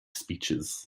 speeches